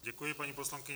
Děkuji paní poslankyni.